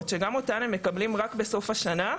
שגם אותן הם מקבלים רק בסוף השנה,